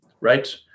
Right